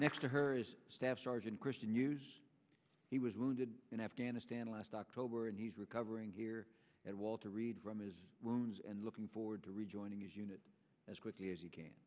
next to her staff sergeant chris hughes he was wounded in afghanistan last october and he's recovering here at walter reed from his wounds and looking forward to rejoining his unit as quickly as you can